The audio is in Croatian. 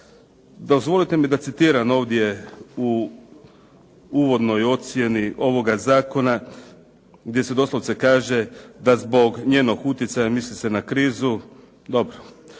Dozvolite mi da citiram ovdje u uvodnoj ocjeni ovoga zakona, gdje se doslovce kaže da zbog njenog utjecaja, misli se na krizu, dobro,